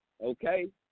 Okay